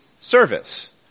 service